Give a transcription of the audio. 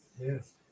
Yes